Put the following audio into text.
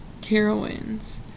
Carowinds